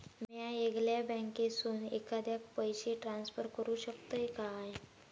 म्या येगल्या बँकेसून एखाद्याक पयशे ट्रान्सफर करू शकतय काय?